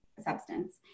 substance